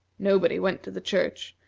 nobody went to the church,